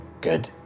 Good